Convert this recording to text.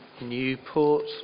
Newport